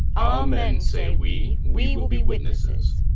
amen, say we we will be witnesses.